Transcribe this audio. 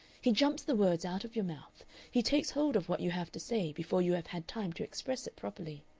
he jumps the words out of your mouth he takes hold of what you have to say before you have had time to express it properly.